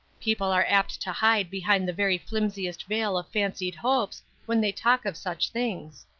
people are apt to hide behind the very flimsiest veil of fancied hopes when they talk of such things.